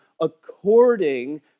according